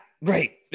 right